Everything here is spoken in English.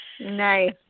Nice